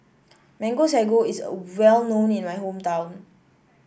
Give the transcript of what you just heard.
Mango Sago is a well known in my hometown